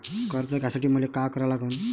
कर्ज घ्यासाठी मले का करा लागन?